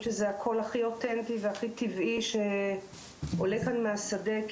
שזה הקול הכי אותנטי והכי טבעי שעולה כאן מהשדה,